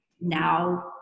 now